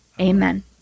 amen